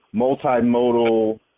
multimodal